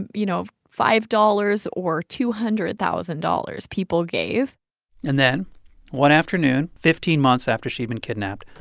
you know, five dollars or two hundred thousand dollars people gave and then one afternoon fifteen months after she'd been kidnapped,